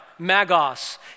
magos